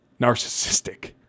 narcissistic